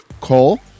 Cole